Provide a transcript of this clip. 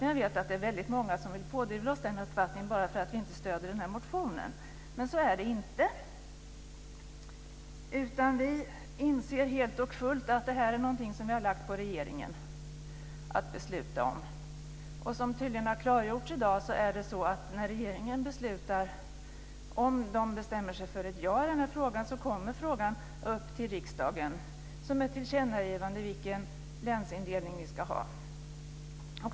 Jag vet att det är många som vill pådyvla oss den uppfattningen bara för att vi inte stöder den här motionen, men så är det inte. Vi inser helt och fullt att detta är någonting som har lagts på regeringen att besluta om. Såsom har klargjorts i dag är det så att om regeringen bestämmer sig för ett ja i den här frågan kommer den upp till riksdagen som ett tillkännagivande om vilken länsindelning vi ska ha.